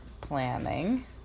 planning